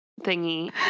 thingy